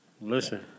Listen